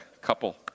couple